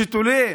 שתולה